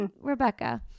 Rebecca